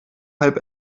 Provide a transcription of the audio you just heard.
halb